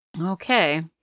Okay